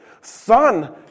Son